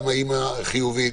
גם האימא חיובית,